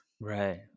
Right